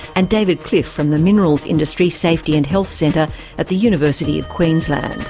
and david cliff from the minerals industry safety and health centre at the university of queensland.